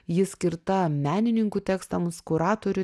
ji skirta menininkų tekstams kuratorių